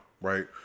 right